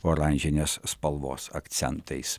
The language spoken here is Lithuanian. oranžinės spalvos akcentais